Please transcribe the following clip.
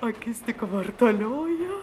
akis tik vartalioja